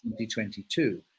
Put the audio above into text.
2022